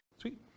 Sweet